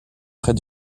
près